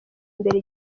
imbere